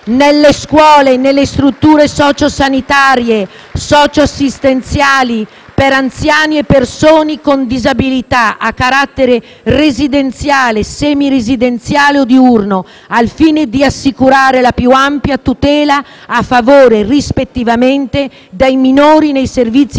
nelle scuole e nelle strutture socio-sanitarie e socio-assistenziali per anziani e persone con disabilità, a carattere residenziale, semiresidenziale o diurno, al fine di assicurare la più ampia tutela a favore rispettivamente dei minori, nei servizi educativi